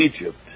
Egypt